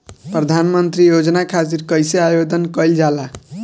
प्रधानमंत्री योजना खातिर कइसे आवेदन कइल जाला?